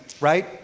right